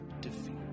defeat